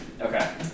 Okay